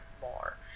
more